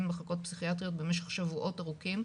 במחלקות פסיכיאטריות במשך שבועות ארוכים.